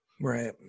Right